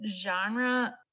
genre